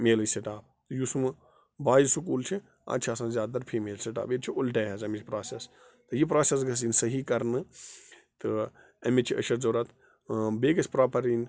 میلٕے staff یُس وۄنۍ boys school چھِ اَتھ چھِ آسان زیادٕ تَر فیٖمیل سِٹاف ییٚتہِ چھِ اُلٹَے حظ اَمِچ پرٛاسٮ۪س تہٕ یہِ پرٛاسٮ۪س گژھِ یِن صحیح کَرنہٕ تہٕ اَمِچ چھےٚ ضوٚرَتھ بیٚیہِ گژھِ پرٛاپَر یِنۍ